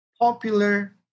popular